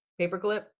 Paperclip